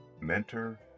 mentor